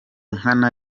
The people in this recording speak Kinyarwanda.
nkana